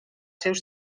seus